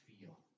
feel